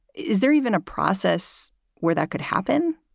is there even a process where that could happen?